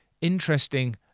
interesting